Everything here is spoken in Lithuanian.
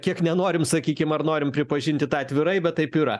kiek nenorim sakykim ar norim pripažinti tą atvirai bet taip yra